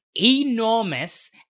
enormous